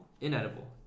inedible